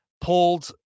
pulled –